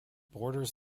borders